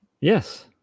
Yes